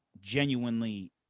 genuinely